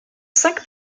cinq